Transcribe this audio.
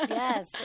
Yes